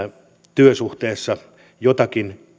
työsuhteessa jotakin